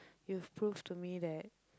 you've proved to me that